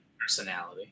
personality